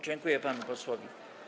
Dziękuję panu posłowi.